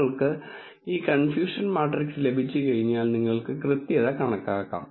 നിങ്ങൾക്ക് ഈ confusion matrix ലഭിച്ചുകഴിഞ്ഞാൽ നിങ്ങൾക്ക് കൃത്യത കണക്കാക്കാം